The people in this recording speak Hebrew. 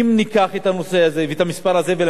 להוריד את מספר ההרוגים מתחת ל-300,